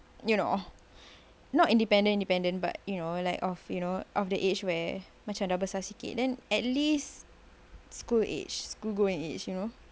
you know not independent independent but you know like of you know of the age where macam dah besar sikit then at least school age school going age you know